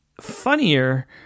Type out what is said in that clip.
funnier